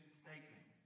statement